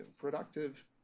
productive